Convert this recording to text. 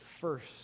first